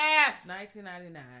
1999